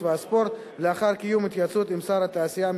והספורט לאחר התייעצות עם שר התעשייה,